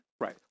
Right